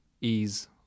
ease